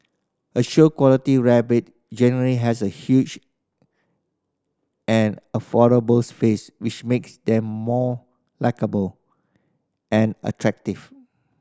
a show quality rabbit generally has a huge and face which makes them more likeable and attractive